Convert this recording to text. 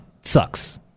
sucks